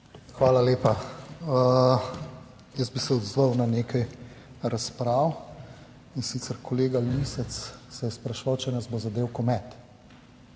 Hvala lepa. Jaz bi se odzval na nekaj razprav. In sicer, kolega Lisec se je spraševal, če nas bo zadel komet.